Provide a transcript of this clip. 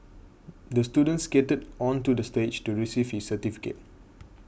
the student skated onto the stage to receive his certificate